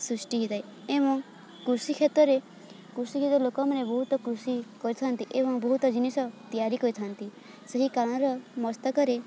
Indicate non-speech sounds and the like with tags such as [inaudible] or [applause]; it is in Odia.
ସୃଷ୍ଟି ହେଇଥାଏ ଏବଂ କୃଷିକ୍ଷେତ୍ରରେ କୃଷିକ୍ଷେତ୍ର ଲୋକମାନେ ବହୁତ କୃଷି କରିଥାନ୍ତି ଏବଂ ବହୁତ ଜିନିଷ ତିଆରି କରିଥାନ୍ତି ସେହି [unintelligible] ମସ୍ତକରେ